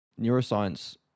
neuroscience